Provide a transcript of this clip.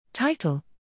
Title